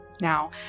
Now